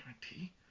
guarantee